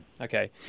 Okay